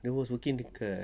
dia was working dekat